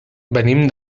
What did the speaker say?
venim